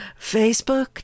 Facebook